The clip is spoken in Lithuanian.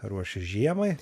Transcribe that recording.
ruošis žiemai